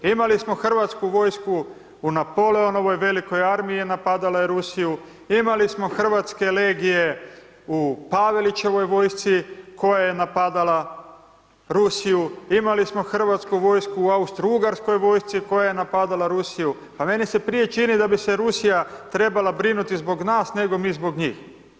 Imali smo Hrvatsku vojsku u Napoleonovoj velikoj armiji napadala je Rusiju, imali smo Hrvatske legije u Pavelićevoj vojsci koja je napadala Rusiju, imali smo Hrvatsku vojsku u Austrougarskoj vojsci koja je napadala Rusiju, a meni se prije čini da bi se Rusija trebala brinuti zbog nas, nego mi zbog njih.